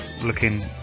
looking